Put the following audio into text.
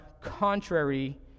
contrary